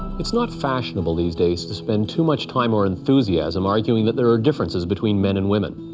it's not fashionable these days to spend too much time or enthusiasm arguing that there are differences between men and women.